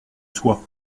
soi